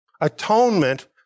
Atonement